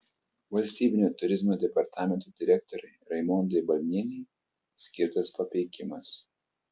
valstybinio turizmo departamento direktorei raimondai balnienei skirtas papeikimas